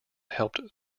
helped